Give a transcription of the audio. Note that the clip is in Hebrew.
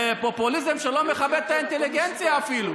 זה פופוליזם שלא מכבד את האינטליגנציה אפילו.